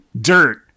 dirt